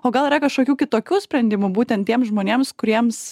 o gal yra kažkokių kitokių sprendimų būtent tiems žmonėms kuriems